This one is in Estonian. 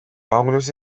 paulus